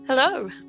Hello